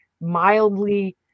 mildly